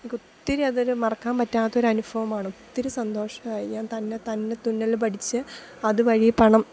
ഒത്തിരി അതൊരു മറക്കാൻ പറ്റാത്തൊരു അനുഭവമാണ് ഒത്തിരി സന്തോഷമായി ഞാൻ തന്നെ തന്നെ തുന്നൽ പഠിച്ച് അതുവഴി പണം